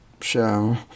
show